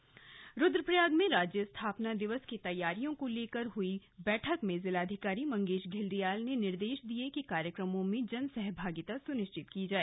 स्थापना दिवस तैयारियां रुद्रप्रयाग में राज्य स्थापना दिवस की तैयारियों को लेकर को हुई बैठक में जिलाधिकारी मंगेश घिल्डियाल ने निर्देश दिये कि कार्यक्रमों में जनसहभागिता सुनिश्चित की जाए